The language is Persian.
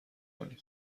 کنی